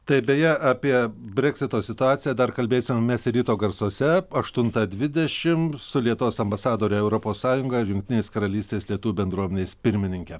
taip beje apie breksito situaciją dar kalbėsim mes ir ryto garsuose aštuntą dvidešim su lietuvos ambasadore europos sąjungoje ir jungtinės karalystės lietuvių bendruomenės pirmininke